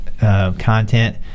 content